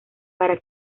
para